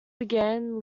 began